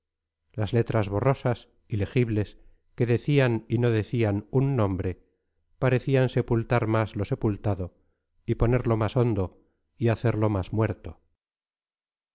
las letras borrosas ilegibles que decían y no decían un nombre parecían sepultar más lo sepultado y ponerlo más hondo y hacerlo más muerto